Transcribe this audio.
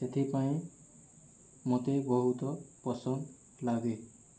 ସେଥିପାଇଁ ମୋତେ ବହୁତ ପସନ୍ଦ ଲାଗେ